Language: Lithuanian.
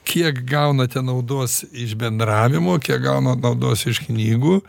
kiek gaunate naudos iš bendravimo kiek gaunat naudos iš knygų